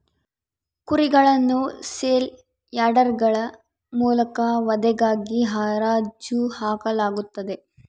ಕುರಿಗಳನ್ನು ಸೇಲ್ ಯಾರ್ಡ್ಗಳ ಮೂಲಕ ವಧೆಗಾಗಿ ಹರಾಜು ಹಾಕಲಾಗುತ್ತದೆ